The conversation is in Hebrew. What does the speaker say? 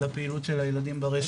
לפעילות של הילדים ברשת.